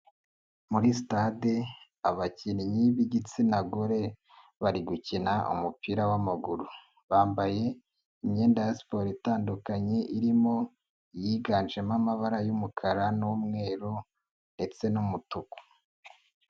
Muri sitade abakinnyi b'igitsina gore bari gukina umupira w'maguru bambaye imyenda ya siporo itandukanye irimo iyiganjemo amabara y'umukara n'umweru ndetse n'umutuku.